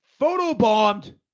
photobombed